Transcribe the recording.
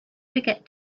forget